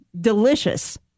delicious